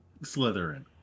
Slytherin